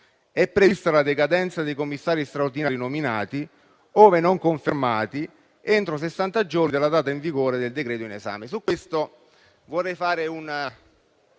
È prevista la decadenza dei commissari straordinari nominati, ove non confermati entro sessanta giorni dall'entrata in vigore del decreto in esame.